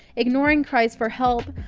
ignoring cries for help,